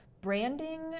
branding